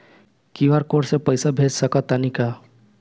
QR code से पईसा भेज सक तानी का?